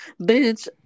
bitch